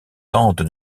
tente